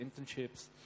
internships